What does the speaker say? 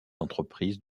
entreprises